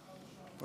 על